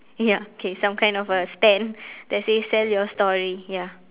ya K some kind of a stand that says sell your story ya